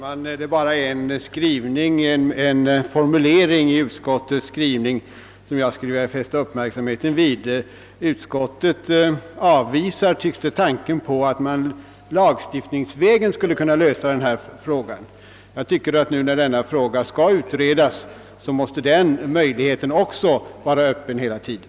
Herr talman! Det är bara en formulering i utskottets skrivning som jag skulle vilja fästa uppmärksamheten på. Utskottet avvisar, tycks det, tanken på att man lagstiftningsvägen skulle kunna lösa denna fråga. Jag tycker att när nu frågan skall utredas, så måste den möjligheten också vara öppen.